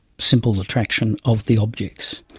simple attraction of the objects.